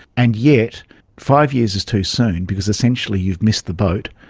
and yet five years is too soon because essentially you've missed the boat.